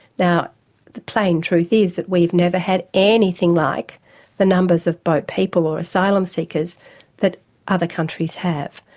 now the plain truth is that we've never had anything like the numbers of boat people or asylum seekers that other countries have.